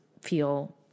feel